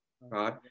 right